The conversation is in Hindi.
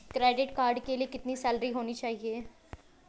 क्रेडिट कार्ड के लिए कितनी सैलरी होनी चाहिए?